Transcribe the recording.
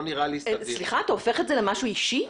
אתה הופך את זה למשהו אישי?